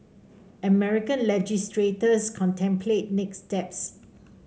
American legislators contemplate next steps